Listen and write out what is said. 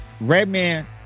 Redman